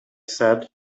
said